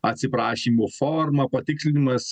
atsiprašymo forma patikslinimas